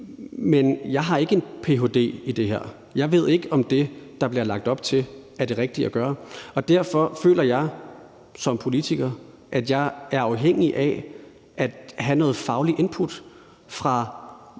men jeg har ikke en ph.d. i det her; jeg ved ikke, om det, der bliver lagt op til, er det rigtige at gøre. Derfor føler jeg som politiker, at jeg er afhængig af at få noget faglig input fra